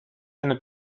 eine